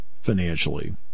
financially